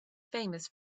famous